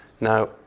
Now